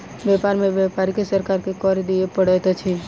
व्यापार में व्यापारी के सरकार के कर दिअ पड़ैत अछि